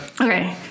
Okay